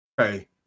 Okay